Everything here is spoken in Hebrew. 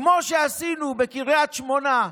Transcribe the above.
כמו שעשינו בקריית שמונה,